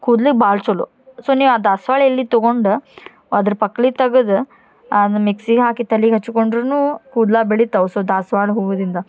ಕೂದ್ಲಿಗೆ ಭಾಳ ಚಲೋ ಸೊ ನೀವು ಆ ದಾಸ್ವಾಳ ಎಲೆ ತೊಗೊಂಡು ಅದರ ಪಕ್ಳೆ ತಗದು ಅದ್ನ ಮಿಕ್ಸಿಗೆ ಹಾಕಿ ತಲಿಗೆ ಹಚ್ಕೊಂಡ್ರುನು ಕೂದ್ಲು ಬೆಳಿತಾವೆ ಸೊ ದಾಸ್ವಾಳ ಹೂವದಿಂದ